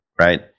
right